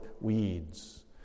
weeds